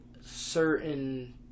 certain